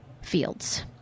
fields